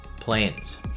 Planes